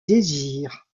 désir